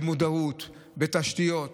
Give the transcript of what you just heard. במודעות, בתשתיות.